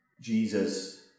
Jesus